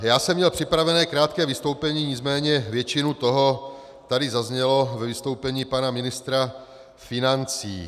Já jsem měl připravené krátké vystoupení, nicméně většina toho tady zazněla ve vystoupení pana ministra financí.